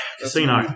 Casino